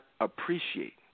appreciate